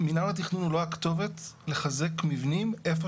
מינהל התכנון הוא לא הכתובת לחזק מבנים איפה